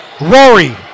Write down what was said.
Rory